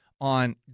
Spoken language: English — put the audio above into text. on